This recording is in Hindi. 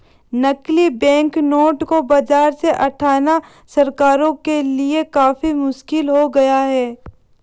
नकली बैंकनोट को बाज़ार से हटाना सरकारों के लिए काफी मुश्किल हो गया है